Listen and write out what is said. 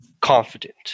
confident